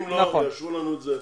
אם לא יאשרו לנו את זה